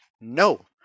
No